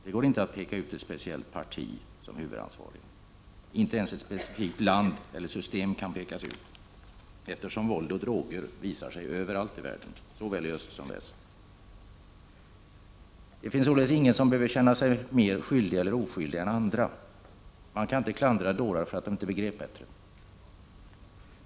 Det går inte att peka ut ett specifikt parti som huvudansvarigt. Inte ens ett specifikt land eller system kan pekas ut, eftersom våld och droger visar sig överallt i världen, såväl i öst som i väst. Det finns således ingen som behöver känna sig mer skyldig, eller oskyldig, än andra. Man kan inte klandra dårar för att de inte begrep bättre.